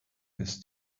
ist